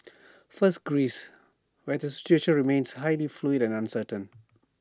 first Greece where the situation remains highly fluid and uncertain